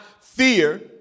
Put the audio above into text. fear